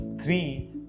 Three